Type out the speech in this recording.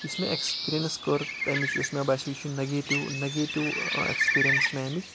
یُس مےٚ اؠکٕسپیٖریَنٕس کٔر تَمِچ یُس مےٚ باسیٚو یہِ چھُ نگیٹِو نَگیٹِو ایٚکٕسپیٖریَنٕس مےٚ اَمِچ